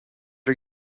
are